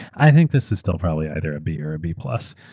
i think this is still probably either a b or a b plus,